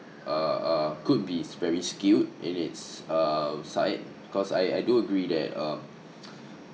uh uh could be very skewed in it's uh side cause I I do agree that uh